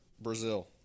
brazil